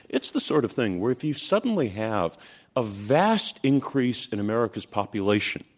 it's the sort of thing where if you suddenly have a vast increase in america's population,